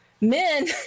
men